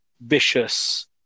vicious